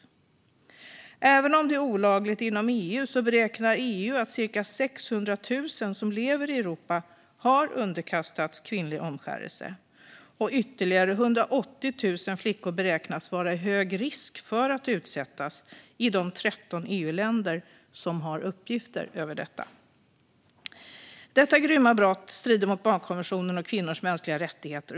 Trots att detta är olagligt inom EU beräknar EU att ca 600 000 personer som lever i Europa har underkastats kvinnlig omskärelse, och ytterligare 180 000 flickor beräknas vara i hög risk för att utsättas i de 13 EU-länder som har uppgifter över detta. Detta grymma brott strider mot barnkonventionen och kvinnors mänskliga rättigheter.